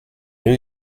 new